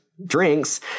drinks